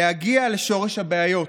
להגיע לשורש הבעיות,